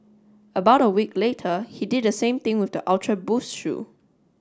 about a week later he did the same thing with the Ultra Boost shoe